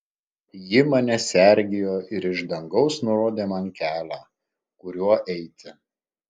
ji mane sergėjo ir iš dangaus nurodė man kelią kuriuo eiti